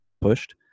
pushed